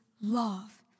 love